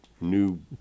new